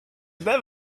than